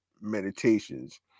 meditations